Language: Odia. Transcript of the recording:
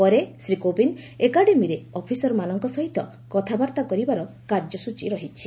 ପରେ ଶ୍ରୀ କୋବିନ୍ଦ ଏକାଡେମୀର ଅଫିସରମାନଙ୍କ ସହିତ କଥାବାର୍ତ୍ତା କରିବାର କାର୍ଯ୍ୟସ୍ଟଚୀ ରହିଛି